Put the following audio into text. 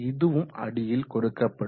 இதுவும் அடியில் கொடுக்கப்படும்